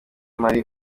marie